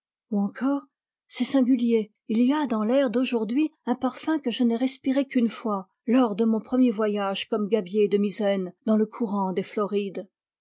ou encore c'est singulier il y a dans l'air d'aujour d hui un parfum que je n'ai respiré qu'une fois lors de mon premier voyage comme gabier de misaine dans le courant des florides